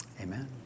amen